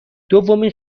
دومین